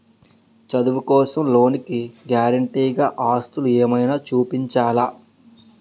చదువు కోసం లోన్ కి గారంటే గా ఆస్తులు ఏమైనా చూపించాలా?